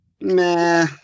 Nah